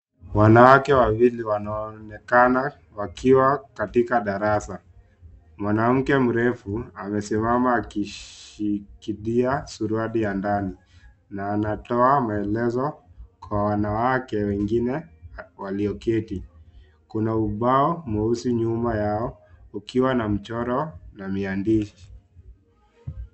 Wanawake wawili wanaonekana wakiwa katika darasa. Mwanamke mrefu amesimama akishikilia ndani na anatoa maelezo kwa wanawake wengine walioketi. Kuna ubao mweusi nyuma yao, ukiwa na michoro na miandiko.